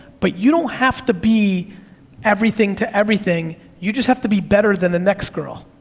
but you don't have to be everything to everything, you just have to be better than the next girl.